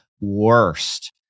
worst